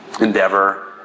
endeavor